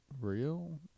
real